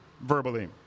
verbally